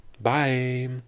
Bye